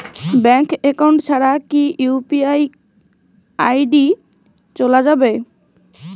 Bank account ছাড়া কি UPI ID চোলা যাবে?